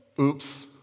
Oops